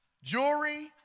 Jewelry